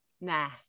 nah